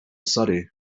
surrey